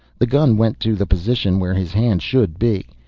the gun went to the position where his hand should be.